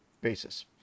basis